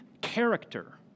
character